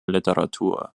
literatur